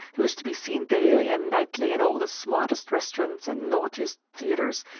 who is to be seen daily and nightly in all the smartest restaurants and naughtiest theatres,